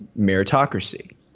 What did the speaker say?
meritocracy